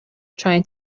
trying